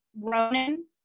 Ronan